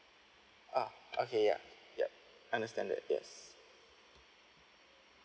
ah okay ya yup understand that yes